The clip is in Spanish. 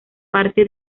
parte